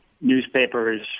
newspapers